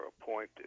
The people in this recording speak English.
appointed